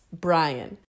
Brian